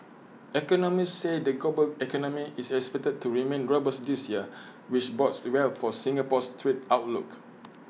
economists say the global economy is expected to remain robust this year which bodes well for Singapore's trade outlook